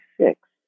six